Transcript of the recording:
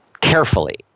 carefully